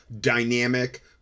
dynamic